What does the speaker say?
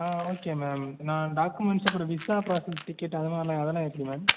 ஆ okay ma'am நான் documents அப்புறம் visa process ticket அதனால் அதெல்லாம் எப்படி மேம்